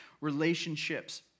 relationships